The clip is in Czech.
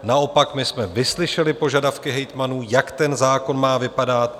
Naopak, my jsme vyslyšeli požadavky hejtmanů, jak ten zákon má vypadat.